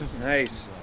nice